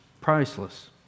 priceless